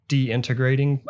Deintegrating